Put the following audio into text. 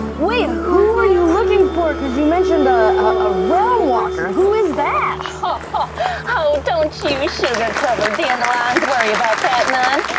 wait, who are you looking for? because you mentioned a ah realmwalker. who is that? marisha ah oh, don't you sugar-covered dandelions worry about that none.